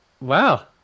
Wow